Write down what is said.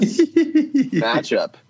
matchup